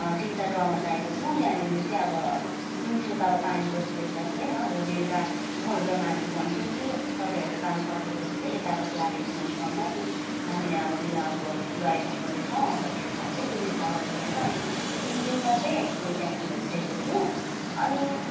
तिनवटा ड्रमहरू राखेको थियौँ त्यहाँनिर चाहिँ अब दिउँसो त अब पानीको सुविस्ता थिएन र बेलुका घर घरमा हामी भन्थ्यौँ कि तपाईँहरूको काम सकिएपछि चाहिँ यतापट्टि हालिदिनु होस् ड्रममा कि हामीलाई अब विवाहको अब ठुलो आयोजन गर्दैछौँ अब त्यसमा चाहिँ सुविस्ता होस् भनेर अनि तिन दिनमा चाहिँ फुल ट्याङ्की भइसकेको थियो अनि